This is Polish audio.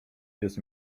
jest